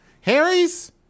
Harrys